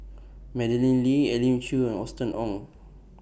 Madeleine Lee Elim Chew and Austen Ong